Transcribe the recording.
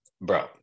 bro